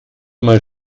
mal